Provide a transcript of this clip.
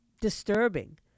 disturbing